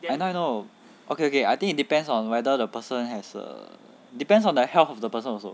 I know I know okay okay I think it depends on whether the person has err depends on the health of the person also